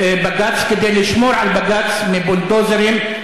בג"ץ כדי לשמור על בג"ץ מבולדוזרים?